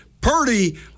Purdy